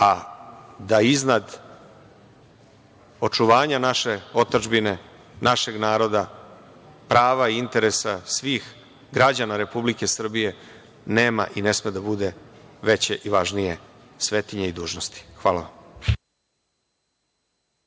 da iznad očuvanja naše otadžbine, našeg naroda, prava i interesa svih građana Republike Srbije nema i ne sme da bude veće i važnije svetinje i dužnosti. Hvala puno.